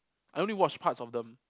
I only watch parts of them